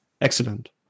Excellent